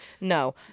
No